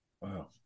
Wow